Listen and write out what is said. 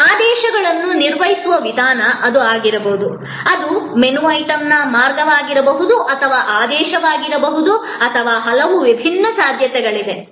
ಆದೇಶಗಳನ್ನು ನಿರ್ವಹಿಸುವ ವಿಧಾನ ಅದು ಆಗಿರಬಹುದು ಅದು ಮೆನು ಐಟಂನ ಮಾರ್ಗವಾಗಿರಬಹುದು ಅಥವಾ ಆದೇಶಿಸಬಹುದು ಅಥವಾ ಹಲವು ವಿಭಿನ್ನ ಸಾಧ್ಯತೆಗಳಿವೆ